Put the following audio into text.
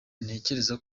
ntekereza